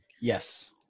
Yes